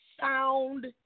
sound